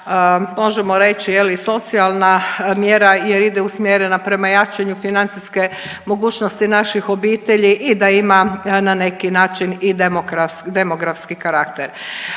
možemo reći je li socijalna mjera jer ide usmjerena prema jačanju financijske mogućnosti naših obitelji i da ima na neki način i demografski karakter.